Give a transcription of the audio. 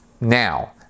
Now